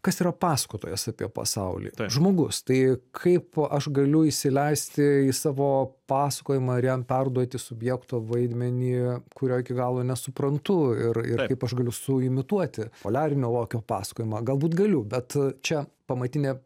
kas yra pasakotojas apie pasaulį žmogus tai kaip aš galiu įsileisti į savo pasakojimą ir jam perduoti subjekto vaidmenį kurio iki galo nesuprantu ir ir kaip aš galiu suimituoti poliarinio lokio pasakojimą galbūt galiu bet čia pamatinė